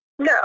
No